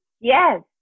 Yes